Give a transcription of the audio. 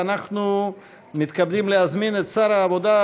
אנחנו מתכבדים להזמין את שר העבודה,